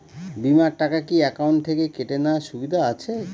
বিমার টাকা কি অ্যাকাউন্ট থেকে কেটে নেওয়ার সুবিধা আছে?